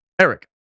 Eric